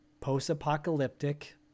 post-apocalyptic